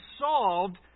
solved